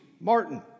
Martin